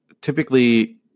typically